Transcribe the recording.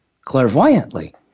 clairvoyantly